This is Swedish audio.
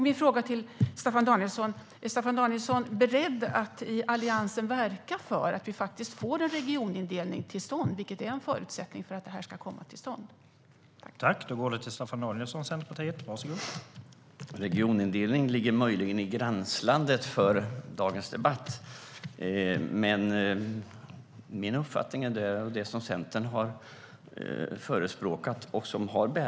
Min fråga är: Är Staffan Danielsson beredd att i Alliansen verka för att vi får en regionindelning, vilket är en förutsättning för att en sådan koncentration ska komma till stånd?